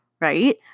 right